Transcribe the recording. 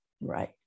Right